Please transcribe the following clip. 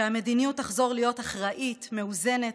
שהמדיניות תחזור להיות אחראית, מאוזנת,